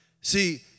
See